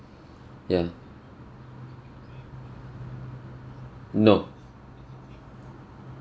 ya no